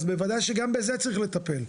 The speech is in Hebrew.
אז בוודאי שגם בזה צריך לטפל.